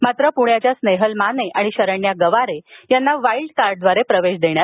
मात्र प्ण्याच्या स्नेहल माने आणि शरण्या गवारे यांना वाईल्ड कार्डद्वारे प्रवेश देण्यात आला आहे